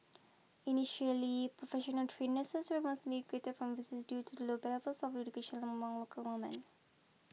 initially professionally trained nurses mostly recruited from overseas due to low levels of education among local women